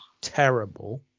terrible